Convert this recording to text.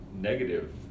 negative